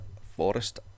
forest